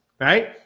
Right